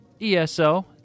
ESO